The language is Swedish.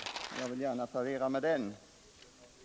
Jag vill gärna parera med den.